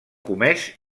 comès